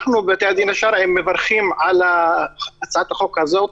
אנחנו בבתי הדין השרעיים מברכים על הצעת החוק הזאת.